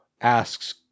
asks